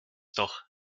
doch